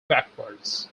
backwards